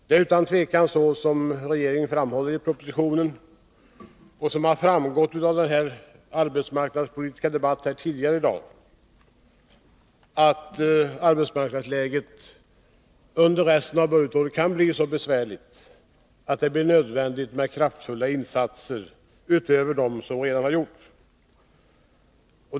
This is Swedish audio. Det är utan tvivel så, som regeringen framhållit i propositionen och som framgått av denna arbetsmarknadspolitiska debatt tidigare i dag, att arbetsmarknadsläget nu under resten av budgetåret kan bli så besvärligt att det blir nödvändigt med kraftfulla insatser utöver dem som redan gjorts.